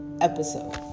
episode